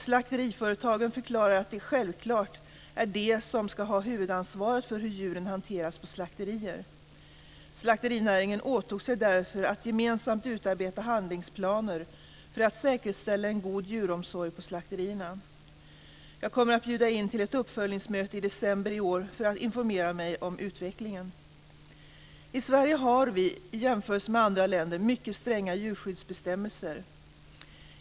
Slakteriföretagen förklarade att det självklart är de som ska ha huvudansvaret för hur djuren hanteras på slakterier. Slakterinäringen åtog sig därför att gemensamt utarbeta handlingsplaner för att säkerställa en god djuromsorg på slakterierna. Jag kommer att bjuda in till ett uppföljningsmöte i december i år för att informera mig om utvecklingen. I Sverige har vi, i jämförelse med andra länder, mycket stränga djurskyddsbestämmelser.